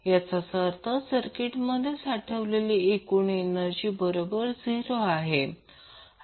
याचाच अर्थ सर्किटमध्ये साठवलेली एकूण एनर्जी बरोबर 0 आहे